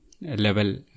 level